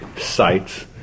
sites